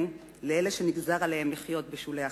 לאלה שנגזר עליהם לחיות בשולי החברה.